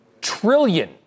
trillion